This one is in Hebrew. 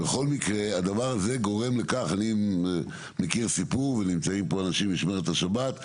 אני מכיר סיפור, ונמצאים פה אנשים ממשמרת השבת,